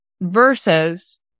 Versus